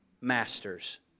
masters